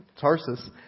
Tarsus